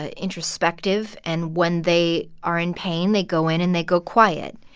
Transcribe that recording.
ah introspective. and when they are in pain, they go in, and they go quiet.